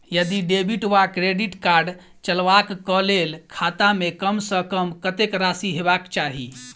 यदि डेबिट वा credit card चलबाक कऽ लेल खाता मे कम सऽ कम कत्तेक राशि हेबाक चाहि?